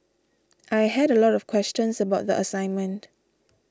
I had a lot of questions about the assignment